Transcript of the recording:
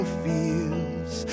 fields